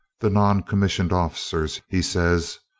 the non-commissioned officers, he says,